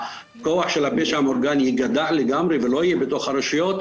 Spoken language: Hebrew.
כדי שהכוח של הפשע ייגדע לגמרי ולא יהיה בתוך הרשויות,